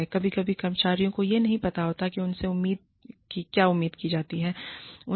कभी कभी कर्मचारियों को यह नहीं पता होता है कि उनसे क्या उम्मीद की जाती है